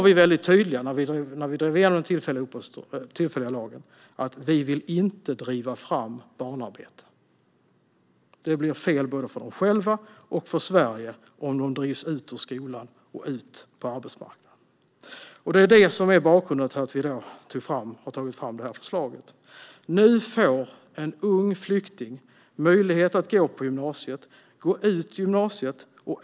Vi var tydliga när vi drev igenom den tillfälliga lagen med att vi inte vill driva fram barnarbete. Det blir fel både för ungdomarna själva och för Sverige om de drivs ut ur skolan och ut på arbetsmarknaden. Det är detta som är bakgrunden till att vi har tagit fram förslaget. Nu får en ung flykting möjlighet att gå på gymnasiet och gå ut gymnasiet.